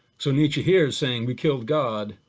so nietzsche here is saying, we killed god,